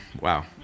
Wow